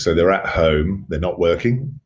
so, they're at home, they're not working.